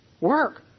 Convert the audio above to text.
work